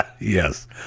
Yes